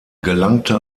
gelangte